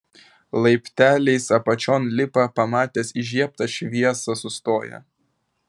laipteliais apačion lipa pamatęs įžiebtą šviesą sustoja